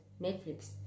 Netflix